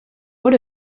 what